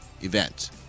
event